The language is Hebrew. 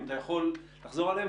אם אתה יכול לחזור עליהם,